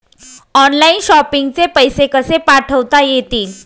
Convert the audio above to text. Online shopping चे पैसे कसे पाठवता येतील?